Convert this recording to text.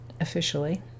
officially